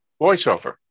voiceover